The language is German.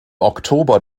oktober